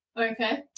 Okay